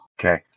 Okay